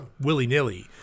willy-nilly